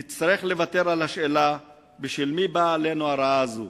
נצטרך לוותר על השאלה בשל מי באה עלינו הרעה הזו